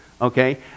okay